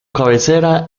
cabecera